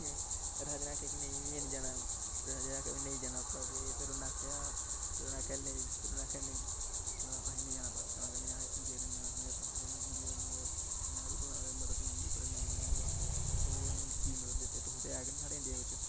राजा ने आखेआ कि नेईं नेईं जाना राजा ने आखेआ उ'नें नेईं जाना ते फिर उ'नें आखेआ उ'नें आखेआ नेईं असें नेईं जाना पाकिस्तान कन्नै असें इंडिया कन्नै जाना समझौता फिर उ'नें इंडिया कन्नै नेहरू कोला मदद मंग्गी नेईं उ'नें गी जबाब देई ओड़ेआ तुसें ई कीऽ मदद देचै तुस ते ऐ गै निं साढ़े इंडिया बिच